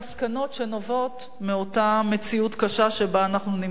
שנובעות מאותה מציאות קשה שבה אנחנו נמצאים.